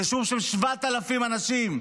יישוב של 7,000 אנשים.